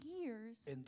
years